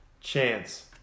Chance